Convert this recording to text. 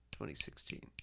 2016